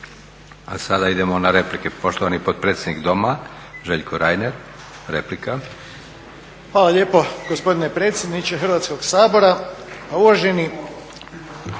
A sada idemo na replike. Poštovani potpredsjednik Doma, Željko Reiner, replika. **Reiner, Željko (HDZ)** Hvala lijepo gospodine predsjedniče Hrvatskog sabora.